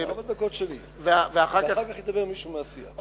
ארבע דקות, ואחר כך ידבר מישהו מהסיעה.